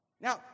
Now